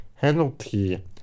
penalty